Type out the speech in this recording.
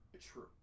true